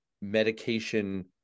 medication